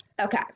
Okay